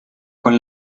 con